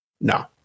No